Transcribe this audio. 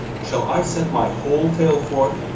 shall i set my whole tale forth,